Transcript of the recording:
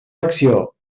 acció